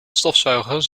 stofzuiger